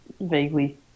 vaguely